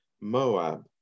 Moab